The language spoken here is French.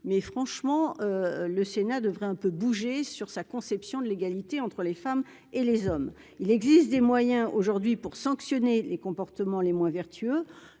mais franchement, le Sénat devrait un peu bouger sur sa conception de l'égalité entre les femmes et les hommes, il existe des moyens aujourd'hui pour sanctionner les comportements les moins vertueux